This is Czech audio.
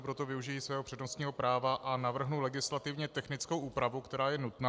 Proto využiji svého přednostního práva a navrhnu legislativně technickou úpravu, která je nutná.